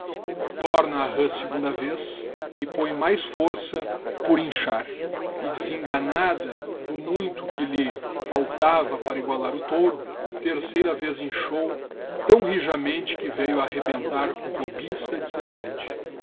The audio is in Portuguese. totoa a rá segunda vez e põe mais fotçâ for inchar e desenganada do muito que llie faltava para igualar o touro terceira vez o enhor tão rijamente que veio á arrebentar com cobi de ser grande